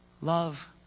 love